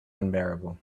unbearable